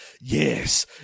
yes